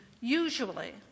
usually